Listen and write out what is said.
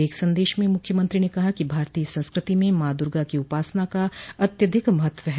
एक सन्दश में मुख्यमंत्री ने कहा कि भारतीय संस्कृति में मॉ दुर्गा की उपासना का अत्यधिक महत्व है